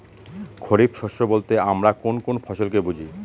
খরিফ শস্য বলতে আমরা কোন কোন ফসল কে বুঝি?